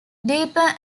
deeper